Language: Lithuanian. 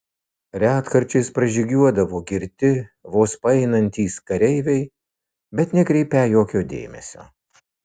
retkarčiais pražygiuodavo girti vos paeinantys kareiviai bet nekreipią jokio dėmesio